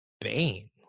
Bane